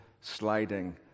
sliding